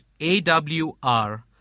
awr